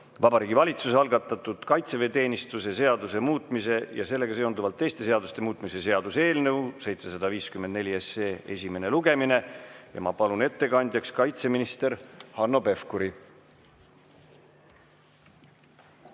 Vabariigi Valitsuse algatatud kaitseväeteenistuse seaduse muutmise ja sellega seonduvalt teiste seaduste muutmise seaduse eelnõu 754 esimene lugemine. Ja ma palun ettekandjaks kaitseminister Hanno Pevkuri.